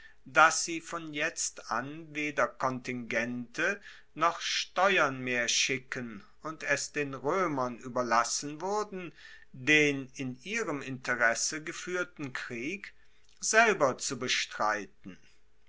dass sie von jetzt an weder kontingente noch steuern mehr schicken und es den roemern ueberlassen wuerden den in ihrem interesse gefuehrten krieg selber zu bestreiten